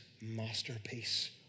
masterpiece